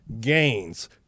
gains